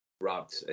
robbed